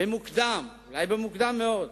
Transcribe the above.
במוקדם, אולי במוקדם מאוד,